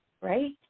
right